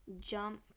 jump